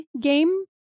game